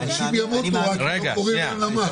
אנשים ימותו רק כי לא קוראים את הלמ"ס.